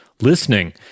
listening